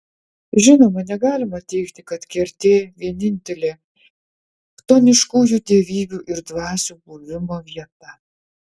žinoma negalima teigti kad kertė vienintelė chtoniškųjų dievybių ir dvasių buvimo vieta